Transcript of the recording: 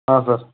ಹಾಂ ಸರ್